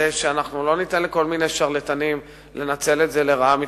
כדי שמצד אחד לא ניתן לכל מיני שרלטנים לנצל את זה לרעה,